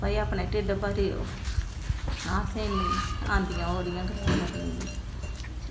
भई अपने टिड्ढ भरेओ असें गी निं औंदियां ओह्ड़ियां गल्लां करने गी